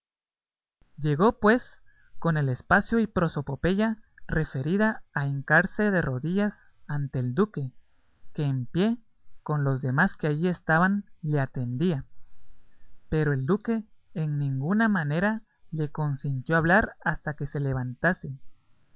llegó pues con el espacio y prosopopeya referida a hincarse de rodillas ante el duque que en pie con los demás que allí estaban le atendía pero el duque en ninguna manera le consintió hablar hasta que se levantase